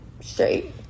straight